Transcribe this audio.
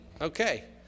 Okay